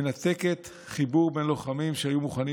מנתקת חיבור בין לוחמים שהיו מוכנים